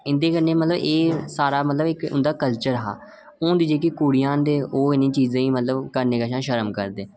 इं'दे कन्नै मतलब एह् सारा मतलब इक कल्चर हा हून दी जेह्की कुड़ियां न ते ओह् इ'नें चीजें गी मतलब करने कशा शर्म करदे